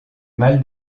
mal